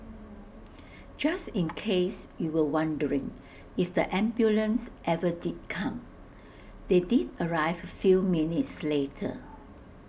just in case you were wondering if the ambulance ever did come they did arrive A few minutes later